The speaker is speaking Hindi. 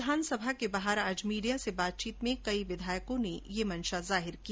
विधानसभा के बाहर आज मीडिया से बातचीत में कई विधायकों ने यह मंषा जाहिर की